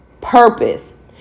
purpose